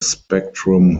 spectrum